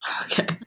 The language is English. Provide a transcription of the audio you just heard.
Okay